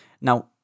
Now